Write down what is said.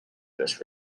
this